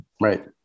Right